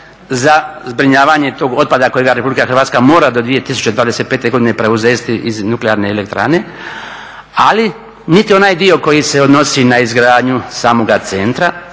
za zbrinjavanje tog otpada kojega Republika Hrvatska mora do 2025. preuzesti iz nuklearne elektrane. Ali niti onaj dio koji se odnosi na izgradnju samoga centra